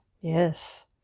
Yes